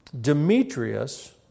Demetrius